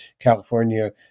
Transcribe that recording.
California